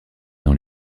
dans